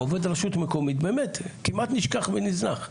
עובד רשות מקומית, באמת, כמעט נשכח ונזנח.